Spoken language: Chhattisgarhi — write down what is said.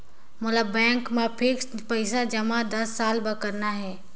मोला बैंक मा फिक्स्ड पइसा जमा दस साल बार करना हे?